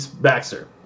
Baxter